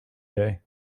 day